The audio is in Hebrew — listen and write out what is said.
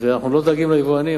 אנחנו לא דואגים ליבואנים,